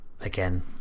again